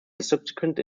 subsequent